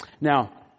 Now